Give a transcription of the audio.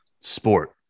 sport